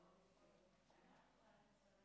חברת הכנסת